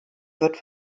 wird